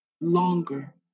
longer